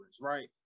right